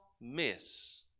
miss